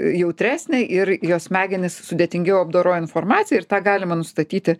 jautresnė ir jo smegenys sudėtingiau apdoroja informaciją ir tą galima nustatyti